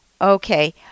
Okay